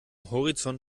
horizont